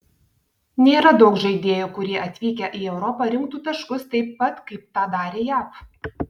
nėra daug žaidėjų kurie atvykę į europą rinktų taškus taip pat kaip tą darė jav